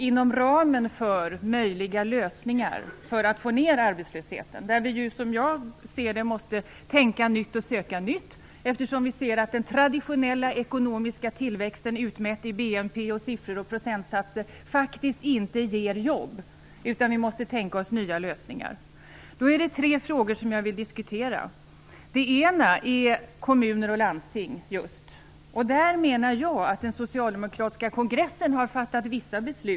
Inom ramen för möjliga lösningar för att få ned arbetslösheten, som jag ser det, måste vi tänka nytt och söka nytt, eftersom vi ser att den traditionella ekonomiska tillväxten, utmätt i BNP och siffror och procentsatser, inte ger jobb. Vi måste därför tänka oss nya lösningar. En fråga som jag då vill diskutera är just kommuner och landsting. Där menar jag att den socialdemokratiska kongressen har fattat vissa beslut.